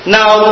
now